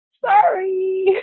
Sorry